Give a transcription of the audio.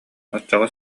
оччоҕо